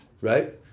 Right